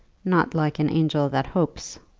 not like an angel that hopes?